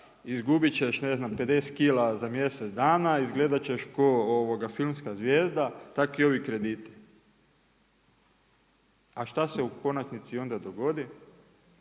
izgubiti ćeš, ne znam, 50kg za mjesec dana, izgledati ćeš ko filmska zvijezda, tako i ovi krediti. A šta se u konačnici onda dogodi?